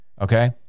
Okay